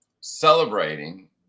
celebrating